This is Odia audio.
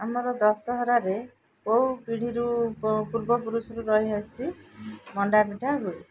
ଆମର ଦଶହରାରେ କେଉଁ ପିଢ଼ିରୁ ପୂର୍ବ ପୁରୁଷରୁ ରହିଆସିଛି ମଣ୍ଡା ପିଠା